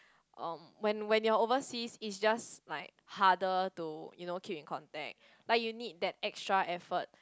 um when when you are overseas is just like harder to you know keep in contact like you need that extra effort